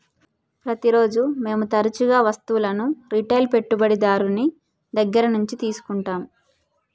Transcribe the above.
ప్రతిరోజు మేము తరచుగా వస్తువులను రిటైల్ పెట్టుబడిదారుని దగ్గర నుండి తీసుకుంటాం